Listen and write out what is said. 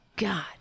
God